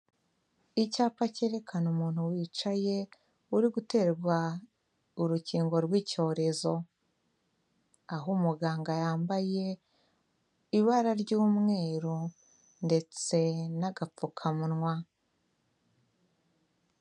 Icyapa cyerekana umuntu wicaye uri guterwa urukingo rw'icyorezo, aho umuganga yambaye ibara ry'umweru ndetse n'agapfukamunwa.